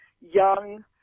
young